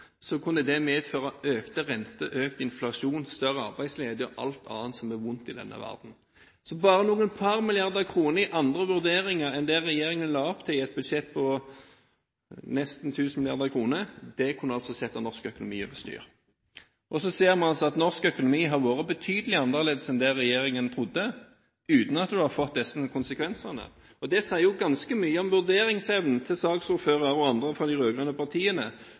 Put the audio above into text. Så bare et par milliarder kroner i andre vurderinger enn det regjeringen la opp til – i et budsjett på nesten 1 000 mrd. kr – kunne altså sette norsk økonomi over styr. Så ser vi at norsk økonomi har vært betydelig annerledes enn det regjeringen trodde – uten at en har fått disse konsekvensene. Det sier ganske mye om vurderingsevnen til saksordføreren og andre fra de rød-grønne partiene